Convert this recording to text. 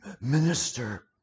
minister